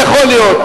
יכול להיות.